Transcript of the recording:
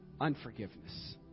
Unforgiveness